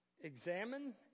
Examine